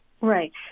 Right